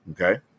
Okay